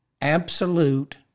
absolute